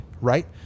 right